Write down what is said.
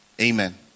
Amen